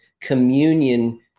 communion